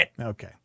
Okay